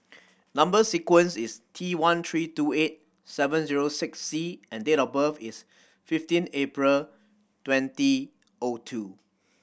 number sequence is T one three two eight seven zero six C and date of birth is fifteen April twenty O two